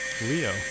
Leo